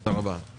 תודה רבה.